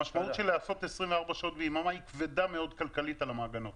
המשמעות של לעשות 24 שעות ביממה היא כבדה מאוד כלכלית על המעגנות.